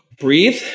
breathe